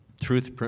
Truth